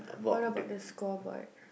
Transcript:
what about the scoreboard